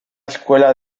escuela